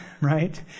right